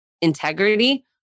integrity